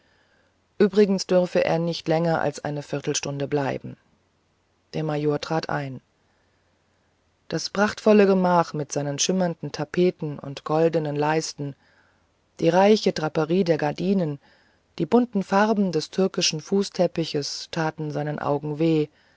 übrigens dürfe er nicht länger als eine viertelstunde bleiben der major trat ein das prachtvolle gemach mit seinen schimmernden tapeten und goldenen leisten die reiche draperie der gardinen die bunten farben des türkischen fußteppichs taten seinem auge wehe